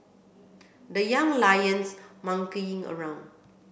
the Young Lions monkeying around